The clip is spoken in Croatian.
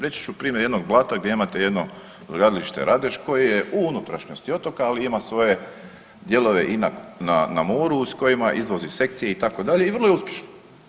Reći ću primjer jednog Blata gdje imate jedno brodogradilište Radeš koje je u unutrašnjosti otoka, ali ima svoje dijelove i na, na moru s kojima izvozi sekcije itd. i vrlo je uspješno.